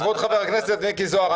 חבר הכנסת מיקי זוהר,